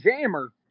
Jammer